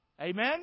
amen